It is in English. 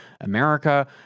America